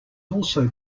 also